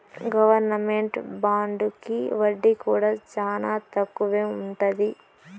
government బాండుకి వడ్డీ కూడా చానా తక్కువే ఉంటది